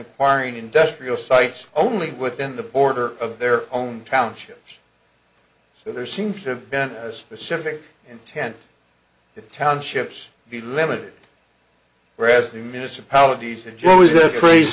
acquiring industrial sites only within the border of their own township so there seems to have been a specific intent that townships be limited whereas the municipalities enjoys the phrase